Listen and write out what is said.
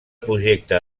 projecte